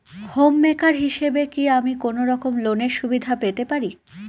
Home maker হিসেবে কি আমি কোনো রকম লোনের সুবিধা পেতে পারি?